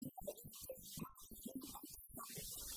אלמנה ויתום, גר ועני אל תעשוקו